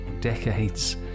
decades